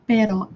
Pero